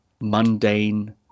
mundane